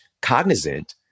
cognizant